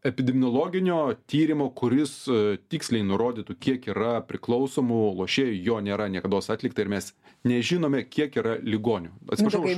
epidemiologinio tyrimo kuris tiksliai nurodytų kiek yra priklausomų lošėjų jo nėra niekados atlikta ir mes nežinome kiek yra ligonių atsiprašau